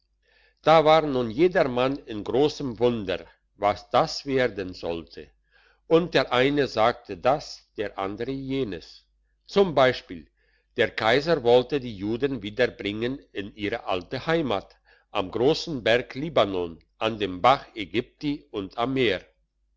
da war nun jedermann in grossem wunder was das werden sollte und der eine sagte das der andere jenes z b der kaiser wolle die juden wieder bringen in ihre alte heimat am grossen berg libanon an dem bach ägypti und am meer